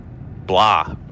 blah